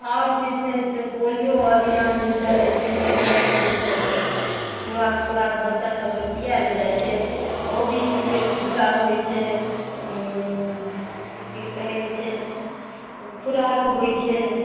आओर जे छै से पोलियो अभियान जे चलै छै ताहि सबमे जे छै से खोराक तोराक बच्चा सभकेँ पिआएल जाए छै ओ बी सी के टीका होइ छै ओ जे कि कहै छै खोराक होइ छै